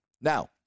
Now